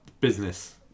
business